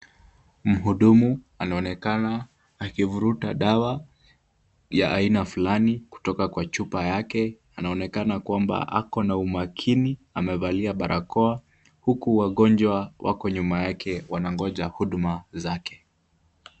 Mhudumu anaonekana akivuta dawa ya aina fulani kutoka kwa chupa yake, anaonekana kwamba ako na umakini, amevalia barakoa huku wagonjwa wako nyuma yake wanangoja huduma zake.